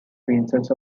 princes